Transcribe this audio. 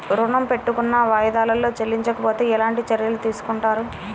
ఋణము పెట్టుకున్న వాయిదాలలో చెల్లించకపోతే ఎలాంటి చర్యలు తీసుకుంటారు?